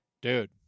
Dude